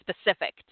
specific